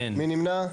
מי נמנע?